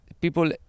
people